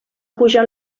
pujar